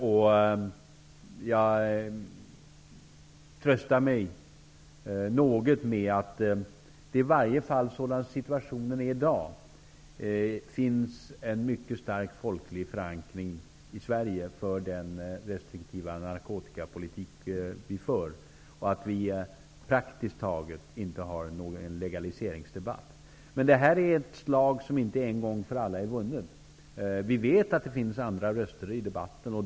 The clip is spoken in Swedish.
En tröst för mig är, som situationen är i dag, att det i varje fall finns en mycket stark folklig förankring i Sverige beträffande den restriktiva narkotikapolitik som vi för och att vi praktiskt taget inte har någon legaliseringsdebatt. Men det här är ett slag som inte en gång för alla är vunnet. Det finns ju andra röster i debatten.